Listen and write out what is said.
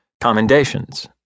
commendations